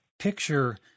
picture